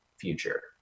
future